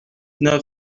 neuf